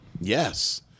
Yes